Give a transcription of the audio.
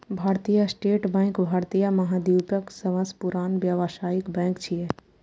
भारतीय state bank भारतीय महाद्वीपक सबसं पुरान व्यावसायिक बैंक छियै